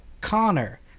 Connor